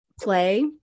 play